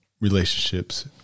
relationships